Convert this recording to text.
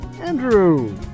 Andrew